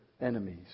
enemies